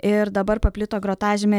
ir dabar paplito gratažymė